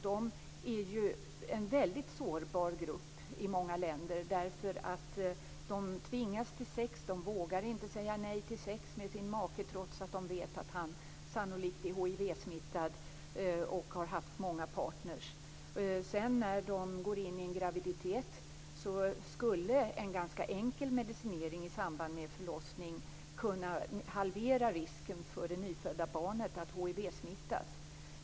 De är en mycket sårbar grupp i många länder, därför att de tvingas till sex. De vågar inte säga nej till sex med sin make, trots att de vet att han sannolikt är hivsmittad och har haft många partner. När de går in i en graviditet skulle en ganska enkel medicinering i samband med förlossningen kunna halvera risken för det nyfödda barnet att hivsmittas.